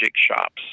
shops